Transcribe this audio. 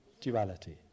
duality